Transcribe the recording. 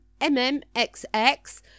MMXX